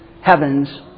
heavens